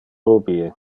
rubie